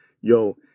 yo